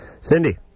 Cindy